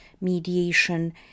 mediation